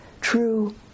True